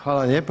Hvala lijepa.